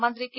മന്ത്രി കെ